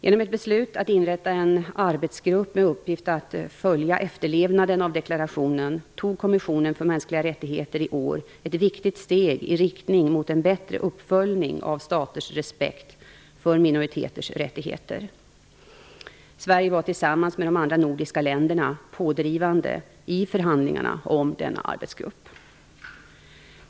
Genom ett beslut att inrätta en arbetsgrupp med uppgift att följa efterlevnaden av deklarationen, tog kommissionen för mänskliga rättigheter i år ett viktigt steg i riktning mot en bättre uppföljning av staters respekt för minoriteters rättigheter. Sverige var, tillsammans med de andra nordiska länderna, pådrivande i förhandlingarna om denna arbetsgrupp.